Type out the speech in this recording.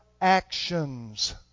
actions